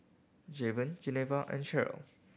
Javen Geneva and Cheryl